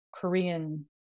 Korean